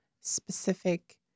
specific